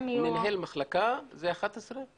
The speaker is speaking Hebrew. אז מנהל מחלקה בדרגה 11?